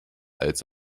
als